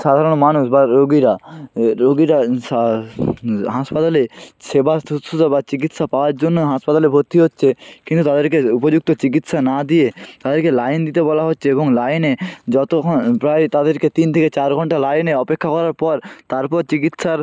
সাধারণ মানুষ বা রোগীরা রোগীরা সা হাসপাতালে সেবা শুশ্রূষা বা চিকিৎসা পাওয়ার জন্যই হাসপাতালে ভর্তি হচ্ছে কিন্তু তাদেরকে উপযুক্ত চিকিৎসা না দিয়ে তাদেরকে লাইন দিতে বলা হচ্ছে এবং লাইনে যতক্ষণ প্রায় তাদেরকে তিন থেকে চার ঘণ্টা লাইনে অপেক্ষা করার পর তারপর চিকিৎসার